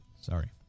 Sorry